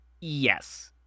yes